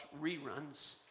reruns